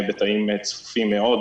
בתאים צפופים מאוד,